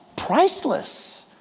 priceless